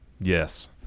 Yes